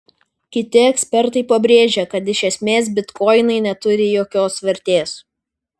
kiti ekspertai pabrėžia kad iš esmės bitkoinai neturi jokios vertės